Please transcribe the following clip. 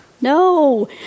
no